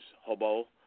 Hobo